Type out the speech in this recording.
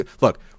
Look